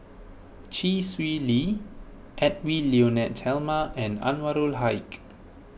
Chee Swee Lee Edwy Lyonet Talma and Anwarul Haque